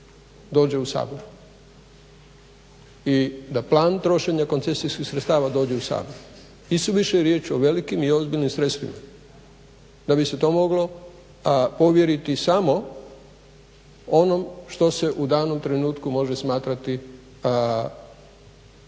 dođe u Sabor i da plan trošenja koncesijskih sredstava dođe u Sabor. Isuviše je riječ o velikim i ozbiljnim sredstvima da bi se to moglo povjeriti samo onom što se u danom trenutku može smatrati planom